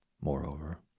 Moreover